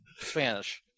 Spanish